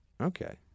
Okay